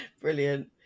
Brilliant